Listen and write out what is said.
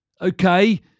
okay